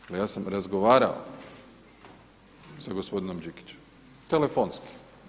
Dakle, ja sam razgovarao sa gospodinom Đikićem telefonski.